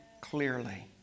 clearly